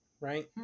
right